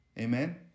Amen